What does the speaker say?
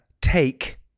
take